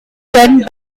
sent